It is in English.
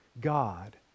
God